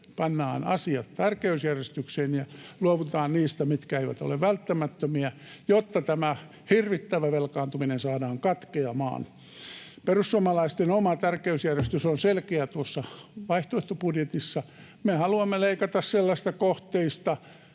pannaan asiat tärkeysjärjestykseen ja luovutaan niistä, mitkä eivät ole välttämättömiä, jotta tämä hirvittävä velkaantuminen saadaan katkeamaan. Perussuomalaisten oma tärkeysjärjestys on selkeä tuossa vaihtoehtobudjetissa. Me haluamme leikata sellaisista kohteista,